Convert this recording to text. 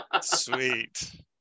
Sweet